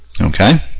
Okay